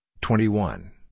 twenty-one